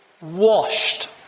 washed